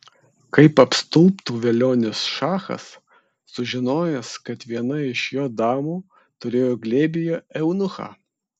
kaip apstulbtų velionis šachas sužinojęs kad viena iš jo damų turėjo glėbyje eunuchą